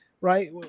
Right